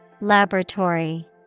laboratory